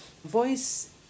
voice